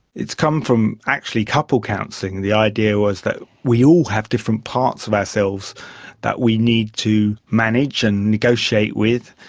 it's come from actually couple counselling, and the idea was that we all have different parts of ourselves that we need to manage and negotiate with,